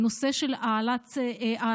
הוא הנושא של העלאת המענק